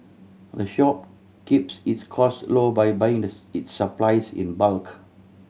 the shop keeps its cost low by buying this its supplies in bulk